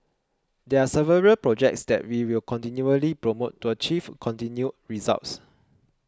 there are several projects that we will continually promote to achieve continued results